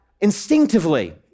instinctively